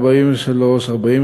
(43),